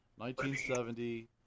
1970